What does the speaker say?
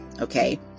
okay